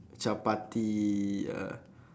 chapati uh